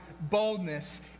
boldness